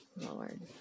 Lord